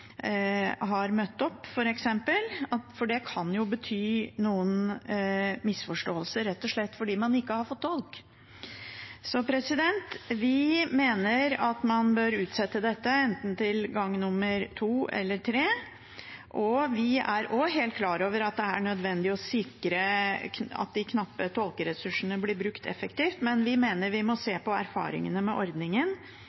møtt opp første gang, for det kan skyldes noen misforståelser – rett og slett fordi man ikke har fått tolk. Vi mener at man bør utsette dette, enten til gang nr. to eller tre. Vi er også helt klar over at det er nødvendig å sikre at de knappe tolkeressursene blir brukt effektivt, men vi mener vi må